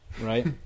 Right